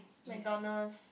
McDonalds